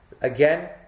again